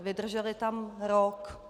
Vydrželi tam rok.